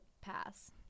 pass